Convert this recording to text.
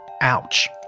Ouch